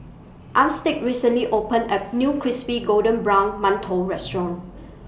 Armstead recently opened A New Crispy Golden Brown mantou Restaurant